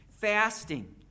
fasting